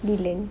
villain